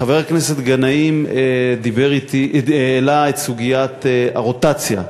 חבר הכנסת גנאים העלה את סוגיית הרוטציה.